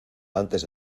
antes